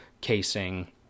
casing